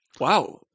Wow